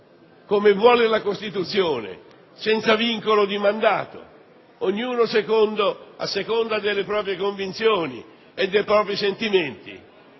come vuole la Costituzione, senza vincolo di mandato, ognuno a seconda delle proprie convinzioni e dei propri sentimenti.